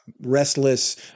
restless